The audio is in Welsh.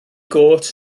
gôt